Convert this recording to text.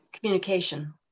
communication